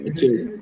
Cheers